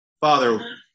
Father